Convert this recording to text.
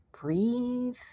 Breathe